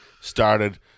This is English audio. started